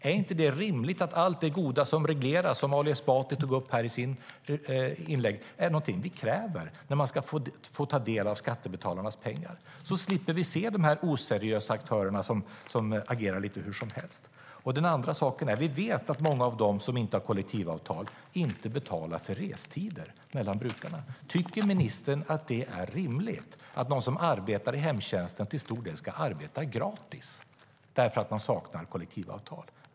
Är det inte rimligt att allt det goda som regleras, som Ali Esbati tog upp här i sitt inlägg, är något som vi kräver när man ska få ta del av skattebetalarnas pengar? Då slipper vi se de oseriösa aktörerna som agerar lite hur som helst. En annan sak är att vi vet att många av dem som inte har kollektivavtal inte betalar för restider mellan brukarna. Tycker ministern att det är rimligt att de som arbetar i hemtjänsten till stor del ska arbeta gratis därför att man saknar kollektivavtal?